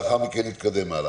לאחר מכן, נתקדם הלאה.